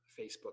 Facebook